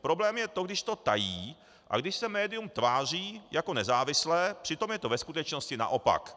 Problém je to, když to tají a když se médium tváří jako nezávislé, přitom je to ve skutečnosti naopak.